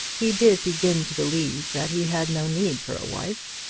he did begin to believe that he had no need for a wife.